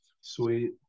Sweet